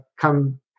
come